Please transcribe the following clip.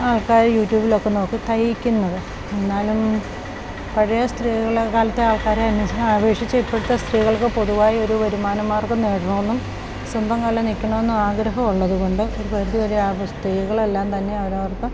ആൾക്കാർ യൂട്യൂബിലൊക്കെ നോക്കി തയ്ക്കുന്നത് എന്നാലും പഴയ സ്ത്രീകളെ കാലത്തെ ആൾക്കാരെ അപേക്ഷിച്ച് ഇപ്പോഴത്തെ സ്ത്രീകൾക്ക് പൊതുവായി ഒരു വരുമാന മാർഗം നേടണം എന്നും സ്വന്തം കാലിൽ നിൽക്കണം എന്ന ആഗ്രഹം ഉള്ളത് കൊണ്ട് ഒരു പരിധി വരെ ആ സ്ത്രീകളെല്ലാം തന്നെ അവരവർക്ക്